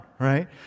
right